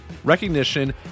Recognition